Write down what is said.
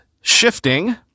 shifting